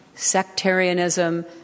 sectarianism